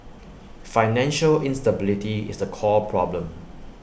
financial instability is the core problem